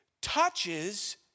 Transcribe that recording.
touches